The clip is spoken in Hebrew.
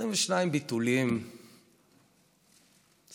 22 ביטולים סתם.